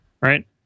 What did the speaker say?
right